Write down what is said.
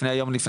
יום לפני,